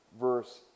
verse